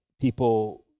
people